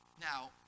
Now